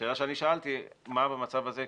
השאלה שאני שאלתי היא מה במצב הזה,